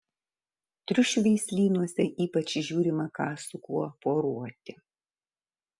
triušių veislynuose ypač žiūrima ką su kuo poruoti